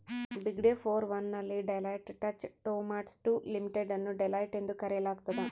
ಬಿಗ್ಡೆ four one ನಲ್ಲಿ Deloitte Touche Tohmatsu Limited ಅನ್ನು Deloitte ಎಂದು ಕರೆಯಲಾಗ್ತದ